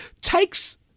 Takes